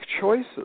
choices